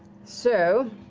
so.